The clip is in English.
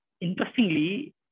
interestingly